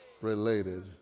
related